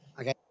Okay